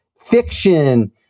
fiction